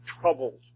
troubled